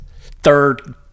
third